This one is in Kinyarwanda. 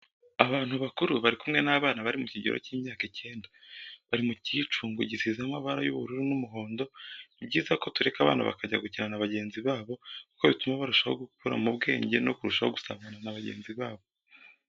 Abantu bakuru bari kumwe n'abana bari mu kigero cy'imyaka icyenda, bari mu cyicungo gisize amabara y'ubururun'umuhondo. Ni byiza ko tureka abana bakajya gukina na bagenzi babo kuko bituma barushaho gukura mu bwenge no kurushaho gusabana na bagenzi babo.